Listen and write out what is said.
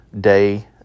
Day